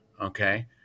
okay